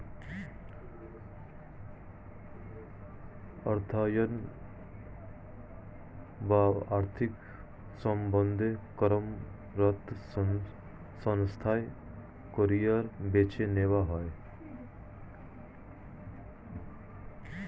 অর্থায়ন বা আর্থিক সম্বন্ধে কর্মরত সংস্থায় কেরিয়ার বেছে নেওয়া যায়